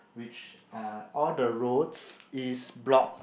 which uh all the roads is blocked